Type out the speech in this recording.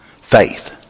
faith